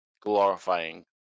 glorifying